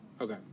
Okay